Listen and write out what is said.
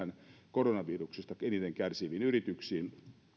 koronaviruksesta eniten kärsiviin yrityksiin